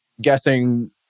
guessing